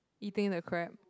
eating the crab